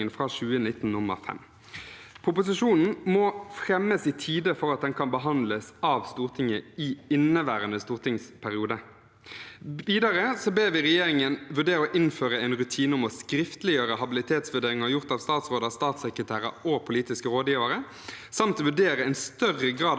forvaltningsloven, basert på NOU 2019: 5. Proposisjonen må fremmes i tide for at den kan behandles av Stortinget i inneværende stortingsperiode. Videre ber vi regjeringen vurdere å innføre en rutine om å skriftliggjøre habilitetsvurderinger gjort av statsråder, statssekretærer og politiske rådgivere, samt vurdere en større grad av åpenhet